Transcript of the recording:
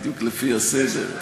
בדיוק לפי הסדר,